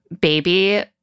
Baby